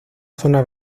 zona